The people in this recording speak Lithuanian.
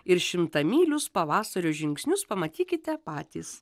ir šimtamylius pavasario žingsnius pamatykite patys